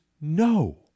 no